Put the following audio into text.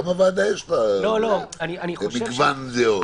גם לוועדה יש מגוון דעות.